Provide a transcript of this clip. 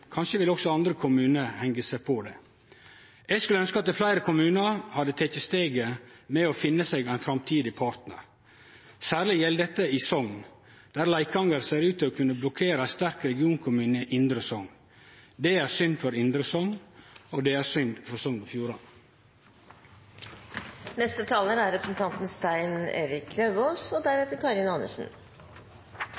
Kanskje vil også andre kommunar hengje seg på der. Eg skulle ønskje at fleire kommunar hadde teke steget for å finne seg ein framtidig partnar. Særleg gjeld dette i Sogn, der Leikanger ser ut til å kunne blokkere ein sterk regionkommune i Indre Sogn. Det er synd for Indre Sogn, og det er synd for Sogn og Fjordane. Jeg registrerer at representanten